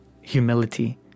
humility